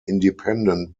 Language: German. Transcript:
independent